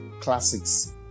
classics